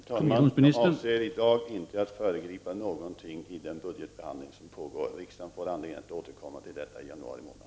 Herr talman! Jag avser inte att i dag föregripa någonting i den budgetbehandling som pågår. I stället får riksdagen anledning att återkomma till detta i januari månad.